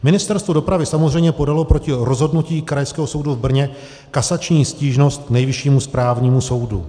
Ministerstvo dopravy samozřejmě podalo proti rozhodnutí Krajského soudu v Brně kasační stížnost k Nejvyššímu správnímu soudu.